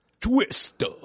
Twister